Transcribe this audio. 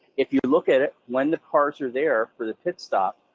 if you look at it, when the cars are there for the pit stop,